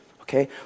okay